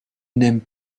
n’aiment